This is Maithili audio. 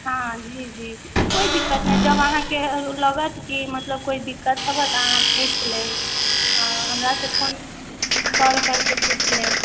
हॅं जी जी कोइ दिक्कत नहि जब अहाँके लगत कि मतलब कोई दिक्कत हबऽ तऽ पूछ लेब हमरा से फोन कॉल करके पूछ लेब